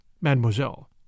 Mademoiselle